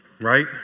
Right